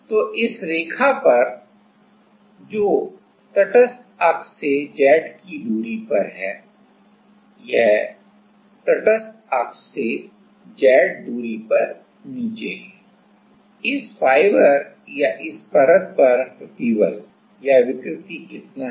तो इस रेखा पर जो तटस्थ अक्ष से Z की दूरी पर है यह तटस्थ अक्ष से Z दूरी पर नीचे है इस फाइबर या इस परत पर प्रतिबल या विकृति कितना है